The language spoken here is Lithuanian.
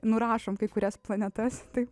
nurašom kai kurias planetas tai